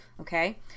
okay